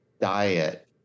diet